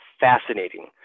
fascinating